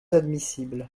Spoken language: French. admissible